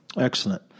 Excellent